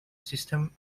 system